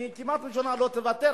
אני כמעט משוכנע שהממשלה לא תוותר,